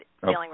feeling